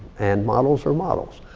and models are models.